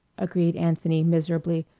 agreed anthony miserably.